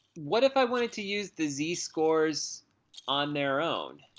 what if i wanted to use the z-scores on their own?